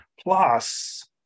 plus